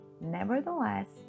Nevertheless